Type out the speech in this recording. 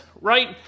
right